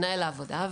מנהל העבודה,